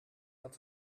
dat